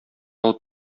алып